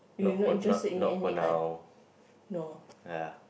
not for not not for now ah